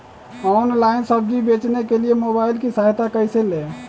Online सब्जी बेचने के लिए मोबाईल की सहायता कैसे ले?